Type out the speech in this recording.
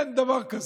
אין דבר כזה.